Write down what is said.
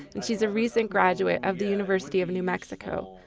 and she's a recent graduate of the university of new mexico.